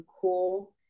cool